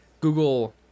Google